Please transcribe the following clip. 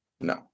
No